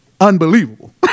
unbelievable